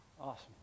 Awesome